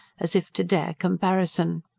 as if to dare comparison.